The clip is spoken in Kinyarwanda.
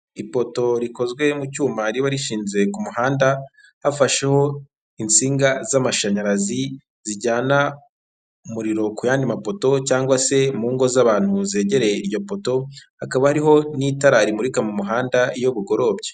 Ipoto rikozwe mu cyuma riba rishinze ku muhanda hafasheho insinga z'amashanyarazi zijyana umuriro ku yandi mapoto cyangwa se mu ngo z'abantu zegereye iryo poto, hakaba hariho n'itara rimurika mu muhanda iyo bugorobye.